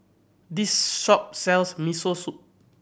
this shop sells Miso Soup